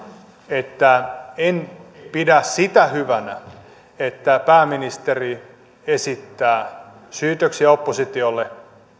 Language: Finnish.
että en pidä sitä hyvänä että pääministeri esittää syytöksiä oppositiolle